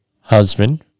husband